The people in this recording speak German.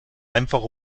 einfach